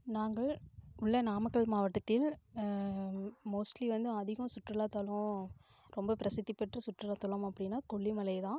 நாங்கள் உள்ள நாமக்கல் மாவட்டத்தில் மோஸ்ட்லி வந்து அதிகம் சுற்றுலாத்தலம் ரொம்ப பிரசித்தி பெற்ற சுற்றுலாத்தலம் அப்படினா கொல்லிமலை தான்